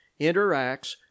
interacts